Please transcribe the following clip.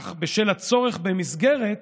אך בשל הצורך במסגרת,